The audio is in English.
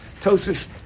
Tosis